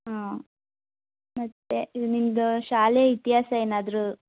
ಹಾಂ ಮತ್ತೆ ನಿಮ್ದು ಶಾಲೆ ಇತಿಹಾಸ ಏನಾದ್ರೂ